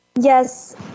Yes